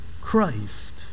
Christ